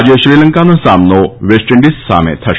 આજે શ્રીલંકાનો સામનો વેસ્ટ ઈન્ડિઝ સામે થશે